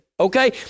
Okay